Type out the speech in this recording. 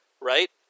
right